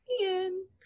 Ian